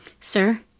Sir